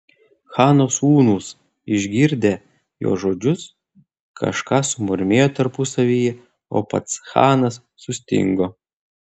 chano sūnūs išgirdę jo žodžius kažką sumurmėjo tarpusavyje o pats chanas sustingo